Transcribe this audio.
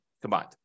combined